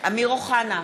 אמיר אוחנה,